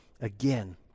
again